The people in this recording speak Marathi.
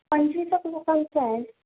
पंचवीस एक लोकांचं आहे